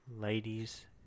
Ladies